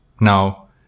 Now